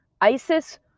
ISIS